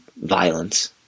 violence